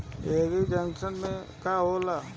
एगरी junction का होला?